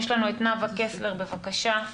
נאוה קסלר, בבקשה.